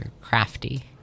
Crafty